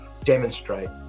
demonstrate